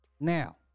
Now